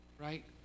right